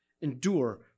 endure